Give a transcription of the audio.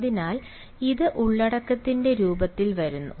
അതിനാൽ ഇത് ഉള്ളടക്കത്തിന്റെ രൂപത്തിൽ വരുന്നു